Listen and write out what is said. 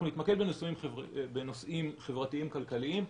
אנחנו נתמקד בנושאים חברתיים כלכליים,